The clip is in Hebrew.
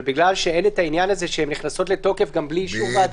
אבל בגלל שאין את העניין הזה שהן נכנסות לתוקף גם בלי אישור ועדה,